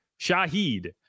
Shahid